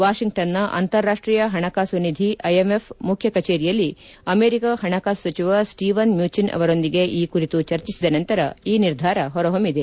ವಾಷಿಂಗ್ಗನ್ನ ಅಂತಾರಾಷ್ಷೀಯ ಪಣಕಾಸು ನಿಧಿ ಐಎಂಎಫ್ ಮುಖ್ಯ ಕಚೇರಿಯಲ್ಲಿ ಅಮೆರಿಕಾ ಪಣಕಾಸು ಸಚಿವ ಸೀವನ್ ಮ್ಲೂಚಿನ್ ಅವರೊಂದಿಗೆ ಈ ಕುರಿತು ಚರ್ಚಿಸಿದ ನಂತರ ಈ ನಿರ್ಧಾರಗಳು ಹೊರ ಹೊಮ್ನಿದೆ